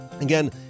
Again